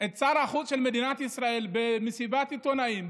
את שר החוץ של מדינת ישראל במסיבת עיתונאים,